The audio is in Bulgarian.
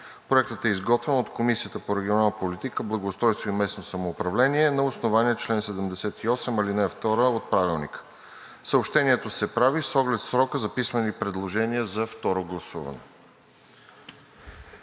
Проектът е изготвен от Комисията по регионална политика, благоустройство и местно самоуправление на основание чл. 78, ал. 2 от Правилника. Съобщението се прави с оглед на срока за писмени предложения за второ гласуване.“